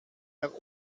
herr